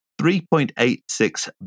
3.86